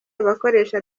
abakoresha